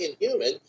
inhuman